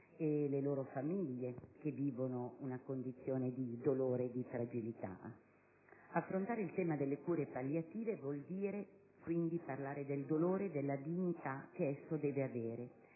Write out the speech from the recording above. e le loro famiglie che vivono una condizione di dolore e di fragilità. Affrontare il tema delle cure palliative vuol dire quindi parlare del dolore, della dignità che esso deve avere;